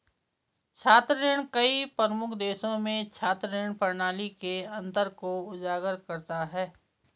छात्र ऋण कई प्रमुख देशों में छात्र ऋण प्रणाली के अंतर को उजागर करता है